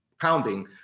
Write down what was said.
pounding